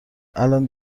الان